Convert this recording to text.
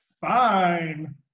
fine